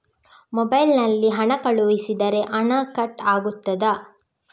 Mobile ನಲ್ಲಿ ಹಣ ಕಳುಹಿಸಿದರೆ ಹಣ ಕಟ್ ಆಗುತ್ತದಾ?